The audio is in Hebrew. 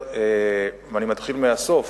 ואני מתחיל מהסוף.